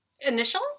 Initial